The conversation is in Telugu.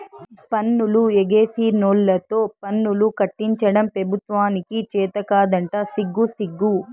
పన్నులు ఎగేసినోల్లతో పన్నులు కట్టించడం పెబుత్వానికి చేతకాదంట సిగ్గుసిగ్గు